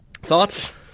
Thoughts